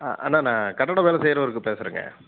அண்ணா நான் கட்டிட வேலை செய்றவருக்கு பேசுறங்க